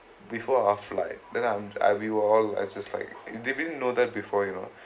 before our flight then I'm and we were all and just like they didn't know that before you know